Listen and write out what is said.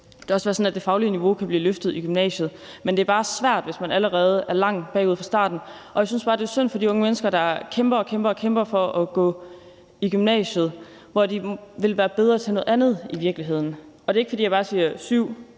det faglige niveau kan blive løftet i gymnasiet, men det er bare svært, hvis man allerede er langt bagud fra starten, og jeg synes bare, det er synd for de unge mennesker, der kæmper og kæmper for at gå i gymnasiet, mens de i virkeligheden ville være bedre til noget andet. Det er ikke, fordi jeg bare siger,